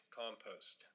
compost